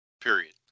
period